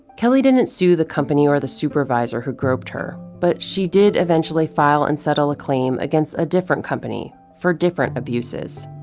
kelly didn't sue the company or the supervisor who groped her, but she did eventually file and settle a claim against a different company, for different abuses.